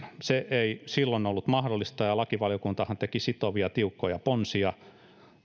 se ei silloin ollut mahdollista ja lakivaliokuntahan teki sitovia tiukkoja ponsia